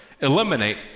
eliminate